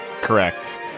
Correct